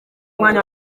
mwanya